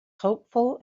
hopeful